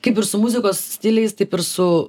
kaip ir su muzikos stiliais taip ir su